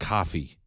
Coffee